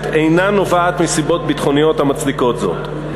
אינה נובעת מנסיבות ביטחוניות המצדיקות זאת.